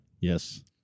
Yes